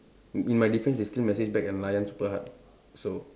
in my defense they still message back and layan super hard so